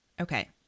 okay